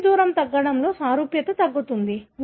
జన్యు దూరం తగ్గడంతో సారూప్యత తగ్గుతుంది